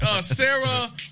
Sarah